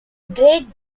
great